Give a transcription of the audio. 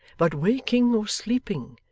but waking or sleeping,